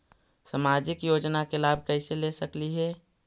सामाजिक योजना के लाभ कैसे ले सकली हे?